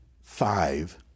five